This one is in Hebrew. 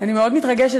אני מאוד מתרגשת,